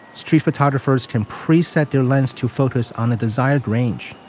street photographers can preset their lens to focus on a desired range,